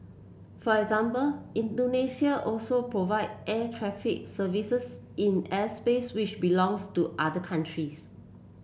for example Indonesia also provide air traffic services in airspace which belongs to other countries